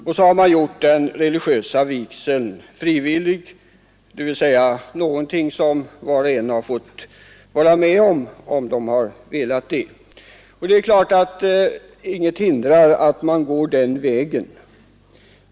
Man har då gjort den religiösa vigseln frivillig, dvs. till någonting som var och en fått vara med om om man velat. Ingenting hindrar att man går den vägen.